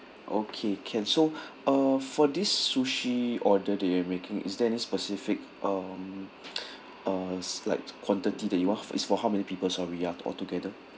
okay can so uh for this sushi order that you're making is there any specific um uh slight quantity that you want is for how many people sorry ya altogether